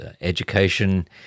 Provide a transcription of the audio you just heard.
education